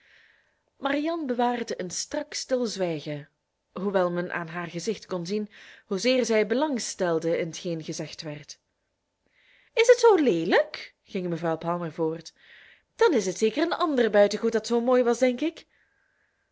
marianne bewaarde een strak stilzwijgen hoewel men aan haar gezicht kon zien hoe zeer zij belangstelde in t geen gezegd werd is het zoo leelijk ging mevrouw palmer voort dan is het zeker een ander buitengoed dat zoo mooi was denk ik